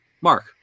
Mark